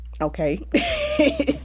okay